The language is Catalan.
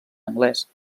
anglès